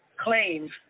claims